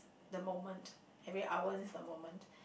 the moment every hour is the moment